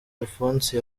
alphonse